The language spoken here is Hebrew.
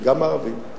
וגם הערבים,